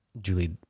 Julie